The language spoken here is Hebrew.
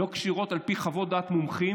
לא כשירות על פי חוות דעת מומחים